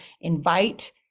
invite